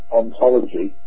ontology